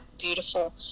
beautiful